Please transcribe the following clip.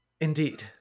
Indeed